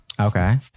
Okay